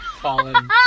Fallen